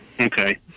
Okay